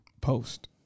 Post